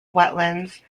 wetlands